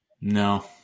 No